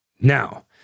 Now